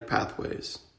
pathways